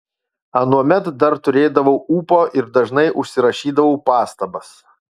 anuomet dar turėdavau ūpo ir dažnai užsirašydavau pastabas